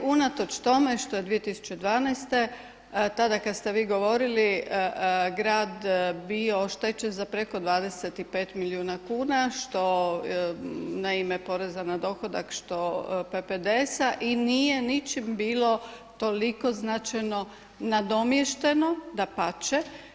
Unatoč tome što je 2012. tada kada ste vi govorili grad bio oštećen za preko 25 milijuna kuna što na ime poreza na dohodak … [[Govornica se ne razumije.]] i nije ničim bilo toliko značajno nadomješteno, dapače.